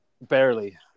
Barely